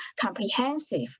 comprehensive